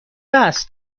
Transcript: است